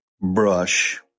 brush